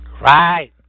Right